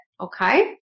okay